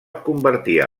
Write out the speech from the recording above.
convertia